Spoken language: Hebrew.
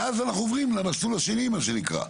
ואז אנחנו עוברים למסלול השני, מה שנקרא.